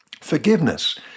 Forgiveness